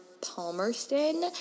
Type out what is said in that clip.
palmerston